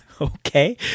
Okay